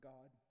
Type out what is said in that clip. God